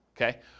okay